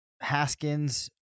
Haskins